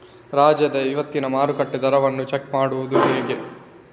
ರಾಜ್ಯದ ಇವತ್ತಿನ ಮಾರುಕಟ್ಟೆ ದರವನ್ನ ಚೆಕ್ ಮಾಡುವುದು ಹೇಗೆ?